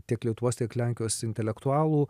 tiek lietuvos tiek lenkijos intelektualų